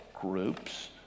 groups